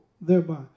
thereby